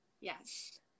yes